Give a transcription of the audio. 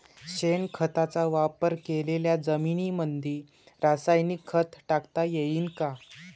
शेणखताचा वापर केलेल्या जमीनीमंदी रासायनिक खत टाकता येईन का?